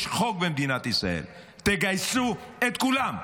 יש חוק במדינת ישראל, תגייסו את כולם.